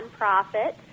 nonprofit